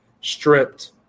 stripped